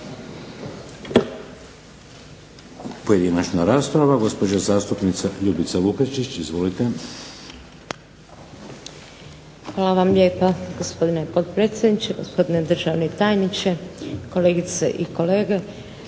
Pojedinačna rasprava, gospođa zastupnica Ljubica Lukačić. Izvolite. **Lukačić, Ljubica (HDZ)** Hvala vam lijepa, gospodine potpredsjedniče. Gospodine državni tajniče, kolegice i kolege.